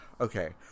Okay